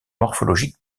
morphologiques